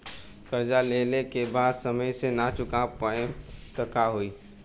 कर्जा लेला के बाद समय से ना चुका पाएम त का होई?